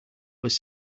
was